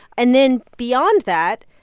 and then beyond that,